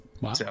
Wow